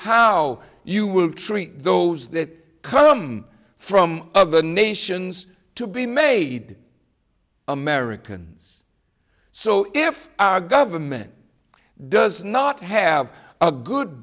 how you will treat those that come from other nations to be made americans so if our government does not have a good